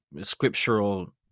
scriptural